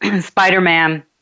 Spider-Man